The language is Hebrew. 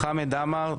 חמד עמאר,